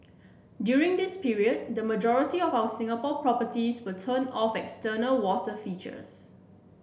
during this period the majority of our Singapore properties will turn off external water features